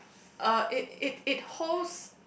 uh it it it holds